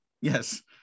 yes